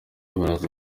baraza